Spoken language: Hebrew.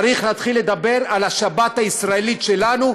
צריך להתחיל לדבר על השבת הישראלית שלנו,